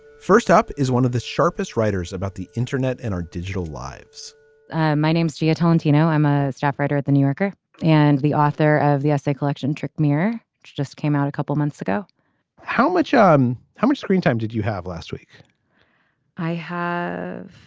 first up is one of the sharpest writers about the internet and our digital lives my name's g atlanta now i'm a staff writer at the new yorker and the author of the essay collection trick mirror just came out a couple months ago how much um how much screen time did you have last week i have.